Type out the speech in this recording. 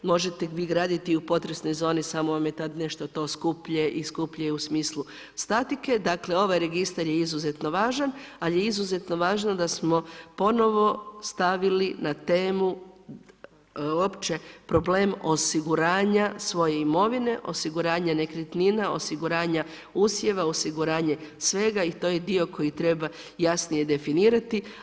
Možete vi graditi u potresnoj zoni, samo vam je tada nešto skuplje i skuplje je u smislu statike, dakle, ovaj registar je izuzetno važan, ali je izuzetno važno, da smo ponovno stavili na temu, uopće problem osiguranja svoje imovine, osiguranja nekretnina, osiguranja usjeva, osiguranja svega i to je dio koji treba jasnije definirati.